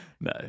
no